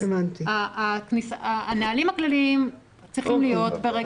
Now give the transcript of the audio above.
הנהלים הכלליים צריכים להיות.